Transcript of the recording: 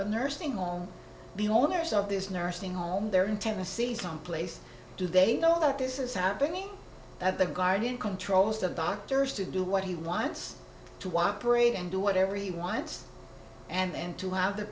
a nursing home owners of this nursing home there in tennessee someplace do they know that this is happening that the guardian control most of the doctors to do what he wants to wipe parade and do whatever he wants and to have the